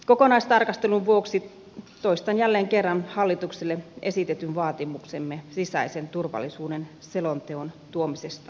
kokonaistarkastelun vuoksi toistan jälleen kerran hallitukselle esitetyn vaatimuksemme sisäisen turvallisuuden selonteon tuomisesta eduskunnalle